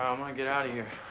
i'm gonna get outta here.